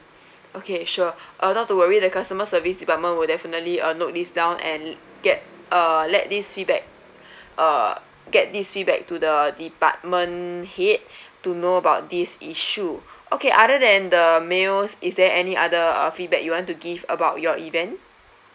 okay sure uh not to worry the customer service department will definitely uh note this down and get uh let this feedback uh get this feedback to the department head to know about this issue okay other than the males is there any other uh feedback you want to give about your event